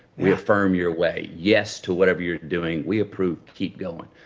we affirm your way. yes to whatever you're doing. we approve, keep going.